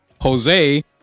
Jose